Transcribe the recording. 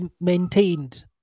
maintained